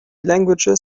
languages